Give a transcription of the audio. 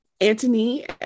Antony